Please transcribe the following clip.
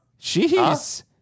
Jeez